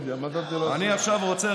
אני עכשיו רוצה,